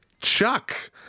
Chuck